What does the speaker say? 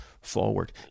forward